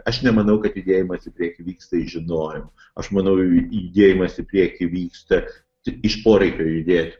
aš nemanau kad judėjimas į priekį vyksta iš žinojimo aš manau judėjimas į priekį vyksta tik iš poreikio judėti